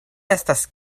estas